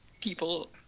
people